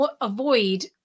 avoid